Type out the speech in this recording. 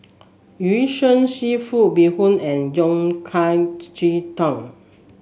Yu Sheng seafood Bee Hoon and yong cai Ji Tang